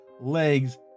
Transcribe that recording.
legs